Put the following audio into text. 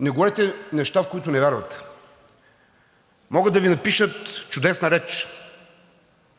Не говорете неща, в които не вярвате. Могат да Ви напишат чудесна реч,